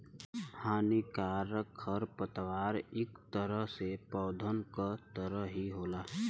हानिकारक खरपतवार इक तरह से पौधन क तरह ही होला